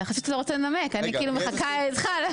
חשבתי שאתה רוצה לנמק, אני מחכה איתך.